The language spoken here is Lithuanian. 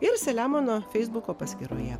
ir saliamono feisbuko paskyroje